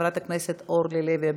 חברת הכנסת אורלי לוי אבקסיס,